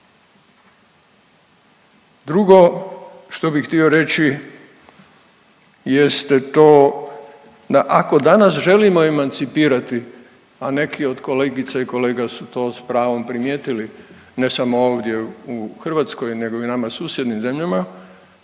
Drugo što bi htio reći jeste to da ako danas želimo emancipirati, a neki od kolegica i kolega su to s pravom primijetili ne samo ovdje u Hrvatskoj nego i nama susjednim zemljama,